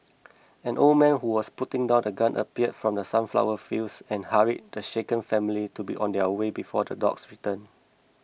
an old man who was putting down his gun appeared from the sunflower fields and hurried the shaken family to be on their way before the dogs return